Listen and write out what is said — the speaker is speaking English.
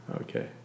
Okay